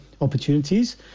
opportunities